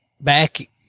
back